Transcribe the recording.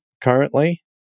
currently